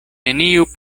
neniu